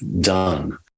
done